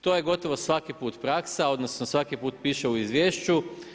To je gotovo svaki put praksa, odnosno svaki put piše u izvješću.